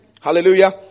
Hallelujah